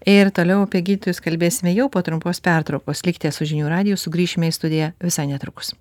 ir toliau apie gydytojus kalbėsime jau po trumpos pertraukos likite su žinių radiju grįšime į studiją visai netrukus